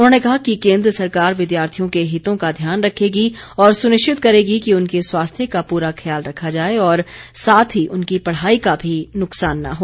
उन्होंने कहा कि केन्द्र सरकार विद्यार्थियों के हितों का ध्यान रखेगी और सुनिश्चित करेगी कि उनके स्वास्थ्य का पूरा ख्याल रखा जाए और साथ ही उनकी पढाई का भी नुकसान न हो